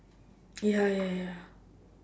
ya ya ya